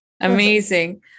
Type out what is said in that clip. amazing